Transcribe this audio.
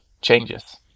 changes